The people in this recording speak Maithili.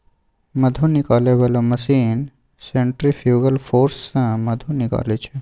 मधु निकालै बला मशीन सेंट्रिफ्युगल फोर्स सँ मधु निकालै छै